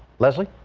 leslie.